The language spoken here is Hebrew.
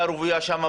היישובים,